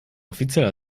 offiziell